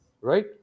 right